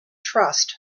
trust